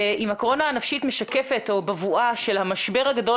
אם הקורונה הנפשית משקפת או בבואה של המשבר הגדול